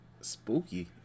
spooky